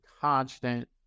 constant